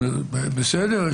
יש